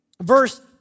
verse